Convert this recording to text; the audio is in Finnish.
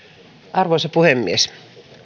arvoisa puhemies me